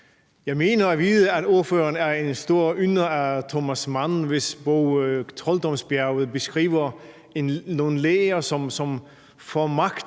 Jeg mener at vide, at ordføreren er en stor ynder af Thomas Mann, hvis bog »Trolddomsbjerget« beskriver nogle læger, som får magt